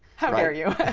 how dare you?